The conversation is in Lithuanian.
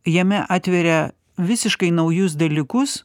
jame atveria visiškai naujus dalykus